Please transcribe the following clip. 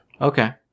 Okay